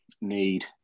need